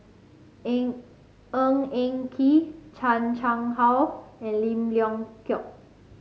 Eng Ng Eng Kee Chan Chang How and Lim Leong Geok